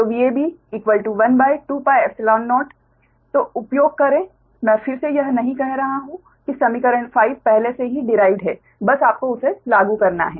तो Vab120 तो उपयोग करें मैं फिर से यह नहीं कह रहा हूं कि समीकरण 5 पहले से ही डिराइव्ड है बस आपको उसे लागू करना हैं